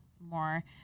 more